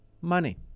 money